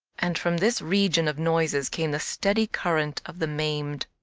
and from this region of noises came the steady current of the maimed.